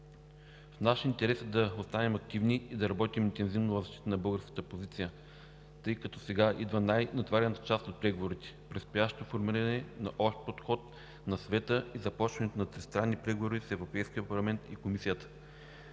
В наш интерес е да останем активни и да работим интензивно на българската позиция, тъй като сега идва най-натоварената част от преговорите – предстоящо формиране на общ подход на Съвета и започването на тристранни преговори с Европейския парламент и Комисията.